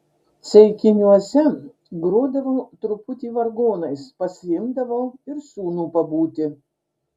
ceikiniuose grodavau truputį vargonais pasiimdavau ir sūnų pabūti